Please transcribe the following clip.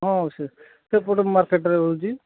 ହଁ ସେ ସେପଟ ମାର୍କେଟ୍ରେ ହଉଛି